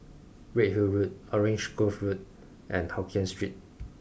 Redhill Road Orange Grove Road and Hokien Street